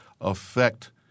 affect